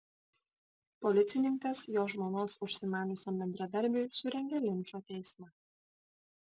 policininkas jo žmonos užsimaniusiam bendradarbiui surengė linčo teismą